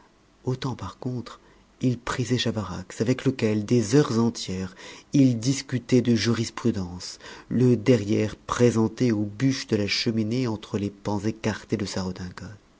autant par contre il prisait chavarax avec lequel des heures entières il discutait de jurisprudence le derrière présenté aux bûches de la cheminée entre les pans écartés de sa